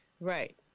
right